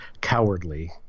cowardly